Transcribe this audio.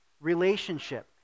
relationship